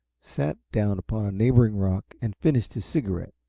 sat down upon a neighboring rock and finished his cigarette,